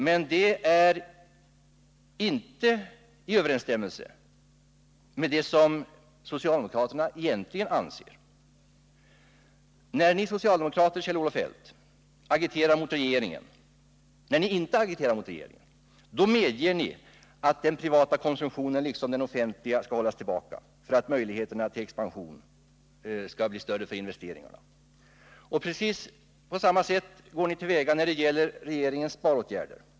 Men det är inte i överensstämmelse med det som socialdemokraterna egentligen anser. När ni socialdemokrater, Kjell-Olof Feldt, inte agiterar mot regeringen medger ni ju att den privata konsumtionen, på samma sätt som den offentliga, skall hållas tillbaka för att ge ökade möjligheter till en expansion av investeringarna. Precis likadant går ni till väga när det gäller regeringens sparåtgärder.